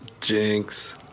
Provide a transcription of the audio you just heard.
Jinx